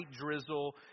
drizzle